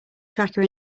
tracker